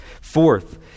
Fourth